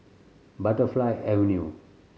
Butterfly Avenue